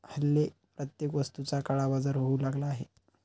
हल्ली प्रत्येक वस्तूचा काळाबाजार होऊ लागला आहे